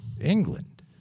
England